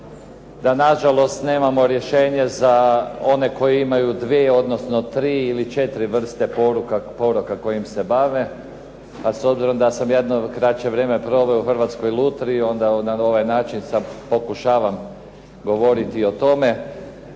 da na žalost nemamo rješenje za one koji imaju dvije, odnosno tri ili četiri vrste poroka kojim se bave, a s obzirom da sam jedno kraće vrijeme proveo u Hrvatskoj lutriji, onda na ovaj način sad pokušavam govoriti i o tome